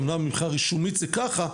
אמנם מבחינה רישומית זה ככה,